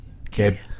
Okay